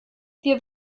wir